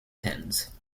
pins